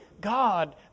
God